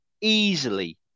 easily